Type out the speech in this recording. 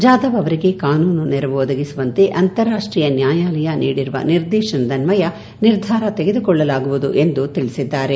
ಜಾಧವ್ ಅವರಿಗೆ ಕಾನೂನು ನೆರವು ಒದಗಿಸುವಂತೆ ಅಂತಾರಾಷ್ಟೀಯ ನ್ಯಾಯಾಲಯ ನೀಡಿರುವ ನಿರ್ದೇಶನದನ್ವಯ ನಿರ್ಧಾರ ತೆಗೆದುಕೊಳ್ಳಲಾಗುವುದು ಎಂದು ತಿಳಿಸಿದ್ದಾರೆ